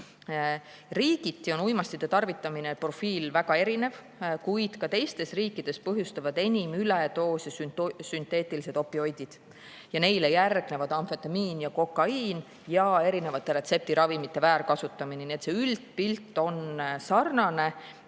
Riigiti on uimastite tarvitamise profiil väga erinev, kuid ka teistes riikides põhjustavad enim üledoose sünteetilised opioidid. Neile järgnevad amfetamiin ja kokaiin ja erinevate retseptiravimite väärkasutamine. Üldpilt on